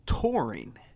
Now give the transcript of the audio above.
touring